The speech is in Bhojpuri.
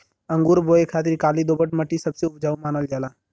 अंगूर बोए खातिर काली दोमट मट्टी सबसे उपजाऊ मानल जाला